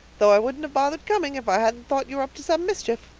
though i wouldn't have bothered coming if i hadn't thought you were up to some mischief.